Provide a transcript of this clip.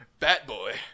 Batboy